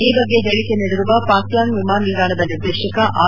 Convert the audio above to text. ಈ ಬಗ್ಗೆ ಹೇಳಿಕೆ ನೀಡಿರುವ ಪಾಕ್ಯಾಂಗ್ ವಿಮಾನ ನಿಲ್ದಾಣದ ನಿರ್ದೇಶಕ ಆರ್